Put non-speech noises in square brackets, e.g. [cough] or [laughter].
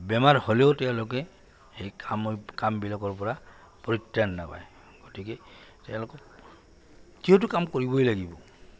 বেমাৰ হ'লেও তেওঁলোকে সেই কাম কামবিলাকৰ পৰা [unintelligible] নাপায় গতিকে তেওঁলোকক [unintelligible] কাম কৰিবই লাগিব